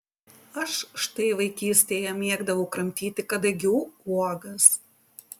aš štai vaikystėje mėgdavau kramtyti kadagių uogas